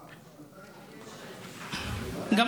אחמד, לא הביאו את זה בגלל המלחמה.